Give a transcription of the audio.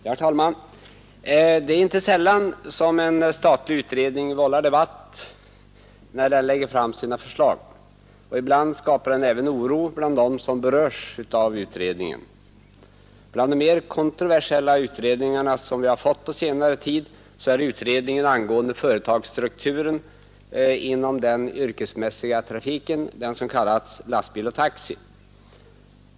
Herr talman! Det är inte sällan som en statlig utredning vållar debatt när den lägger fram sina förslag. Ibland skapar den även oro bland dem som berörs av utredningen. Bland de mer kontroversiella utredningar som vi har fått på senare tid är utredningen angående företagsstrukturen inom den yrkesmässiga vägtrafiken, kallad Lastbil och taxi.